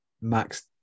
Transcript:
Max